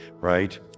right